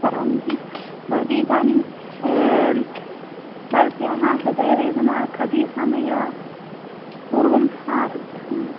करोमीति भवती इदानीं भवत्याः हृदयवेदना कति समयात् पूर्वम् आरब्धा